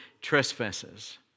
trespasses